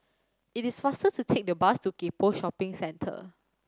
it is faster to take the bus to Gek Poh Shopping Centre